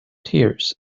tears